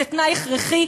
זה תנאי הכרחי,